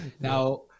Now